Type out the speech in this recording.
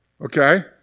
okay